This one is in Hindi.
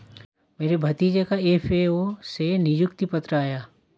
मेरे भतीजे का एफ.ए.ओ से नियुक्ति पत्र आया है